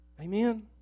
Amen